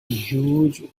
huge